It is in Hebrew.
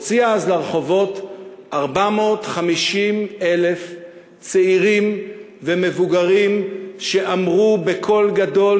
הוציאה אז לרחובות 450,000 צעירים ומבוגרים שאמרו בקול גדול,